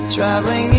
traveling